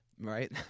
right